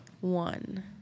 One